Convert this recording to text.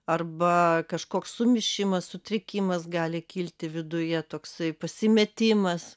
arba kažkoks sumišimas sutrikimas gali kilti viduje toksai pasimetimas